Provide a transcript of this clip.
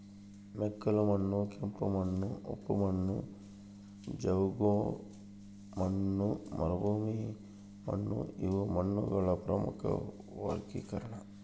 ಮೆಕ್ಕಲುಮಣ್ಣು ಕೆಂಪುಮಣ್ಣು ಉಪ್ಪು ಮಣ್ಣು ಜವುಗುಮಣ್ಣು ಮರುಭೂಮಿಮಣ್ಣುಇವು ಮಣ್ಣುಗಳ ಪ್ರಮುಖ ವರ್ಗೀಕರಣ